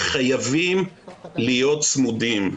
חייבים להיות צמודים.